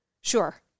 Sure